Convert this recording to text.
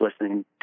listening